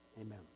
Amen